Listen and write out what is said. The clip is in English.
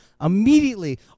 immediately